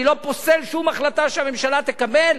אני לא פוסל שום החלטה שהממשלה תקבל,